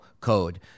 code